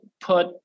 put